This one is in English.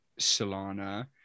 Solana